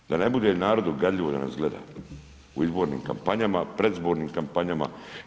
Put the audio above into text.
Evo, da ne bude narodu gadljivo da nas gleda u izbornim kampanjama, predizbornim kampanjama.